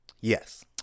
Yes